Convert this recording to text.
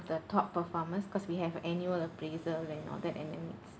the top performers cause we have annual appraisal and all that and